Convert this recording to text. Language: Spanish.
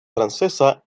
francesa